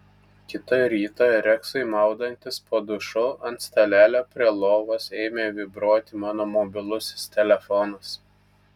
kitą rytą reksui maudantis po dušu ant stalelio prie lovos ėmė vibruoti mano mobilusis telefonas